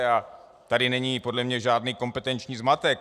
A tady není podle mě žádný kompetenční zmatek.